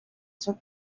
took